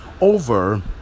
over